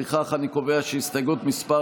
לפיכך אני קובע שהסתייגות מס'